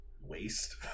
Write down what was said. waste